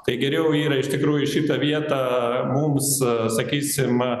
tai geriau yra iš tikrųjų šitą vietą mums sakysim